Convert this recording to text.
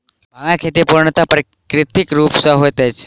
भांगक खेती पूर्णतः प्राकृतिक रूप सॅ होइत अछि